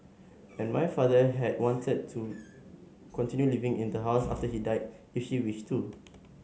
and my father had wanted her to continue living in the house after he died if she wished to